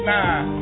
Nah